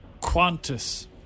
Qantas